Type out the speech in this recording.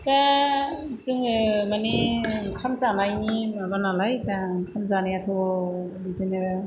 दा जोङो माने ओंखाम जानायनि माबा नालाय दा ओंखाम जानायाथ' बिदिनो